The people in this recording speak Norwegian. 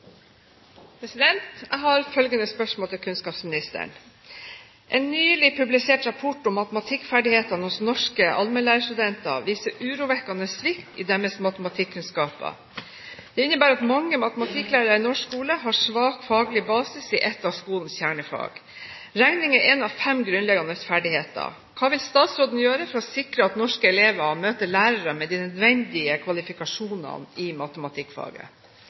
kunnskapsministeren: «En nylig publisert rapport om matematikkferdighetene hos norske allmennlærerstudenter viser urovekkende svikt i deres matematikkunnskaper. Det innebærer at mange matematikklærere i norsk skole har svak faglig basis i et av skolens kjernefag. Regning er en av fem grunnleggende ferdigheter. Hva vil statsråden gjøre for å sikre at norske elever møter lærere med de nødvendige kvalifikasjoner i matematikkfaget?»